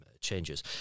changes